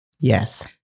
Yes